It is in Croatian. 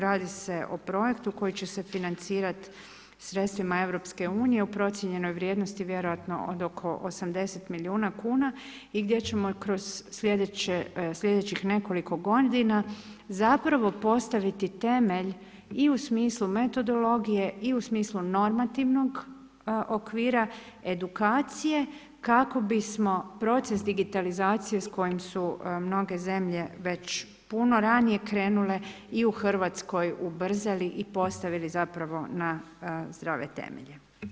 Radi se o projektu koji će se financirat sredstvima EU u procijenjenoj vrijednosti vjerojatno od oko 80 milijuna kuna i gdje ćemo kroz slijedećih nekoliko godina zapravo postaviti temelj i u smislu metodologije i u smislu normativnog okvira, edukacije, kako bismo proces digitalizacije s kojim su mnoge zemlje već puno ranije već krenule i u Hrvatskoj ubrzali i postavili još zapravo na zdrave temelje.